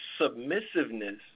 submissiveness